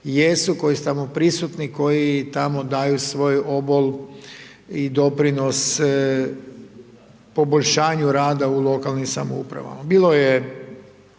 jesu, koji su tamo prisutni, koji tamo daju svoj obol i doprinos poboljšanju rada u lokalnim samoupravama. Bilo je